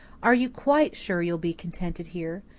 are you quite sure you'll be contented here?